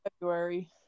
February